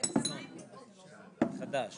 הוא ריצה